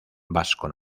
vasco